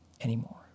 anymore